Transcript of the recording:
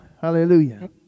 Hallelujah